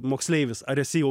moksleivis ar esi jau